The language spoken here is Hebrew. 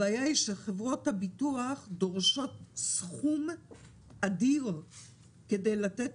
הבעיה היא שחברות הביטוח דורשות סכום אדיר כדי לתת